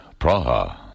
Praha